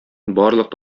барлык